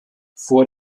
vor